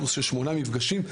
קורס של שמונה מפגשים.